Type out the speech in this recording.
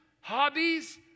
hobbies